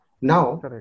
Now